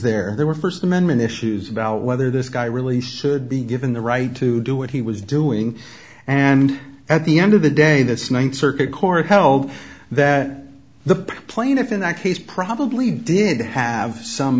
there were first amendment issues about whether this guy really should be given the right to do what he was doing and at the end of the day this ninth circuit court held that the plaintiff in that case probably did have some